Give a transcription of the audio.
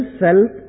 self